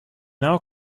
now